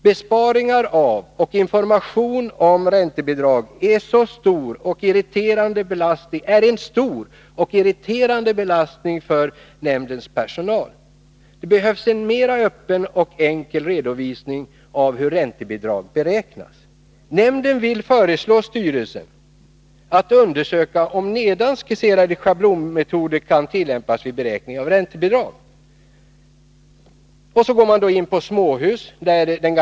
Beräkningar av och information om räntebidrag är en stor och irriterande belastning för nämndens personal. Det behövs en mera öppen och enkel redovisning av hur räntebidrag beräknas. Nämnden vill föreslå styrelsen att undersöka om nedan skisserade schablonmetoder kan tillämpas vid beräkning av räntebidrag.